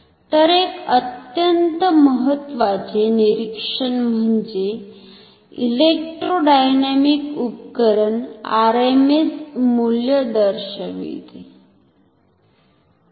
तर एक अत्यंत महत्वाचे निरीक्षण म्हणजे इलेक्ट्रोडायनॅमिक उपकरण RMS मूल्य दर्शविते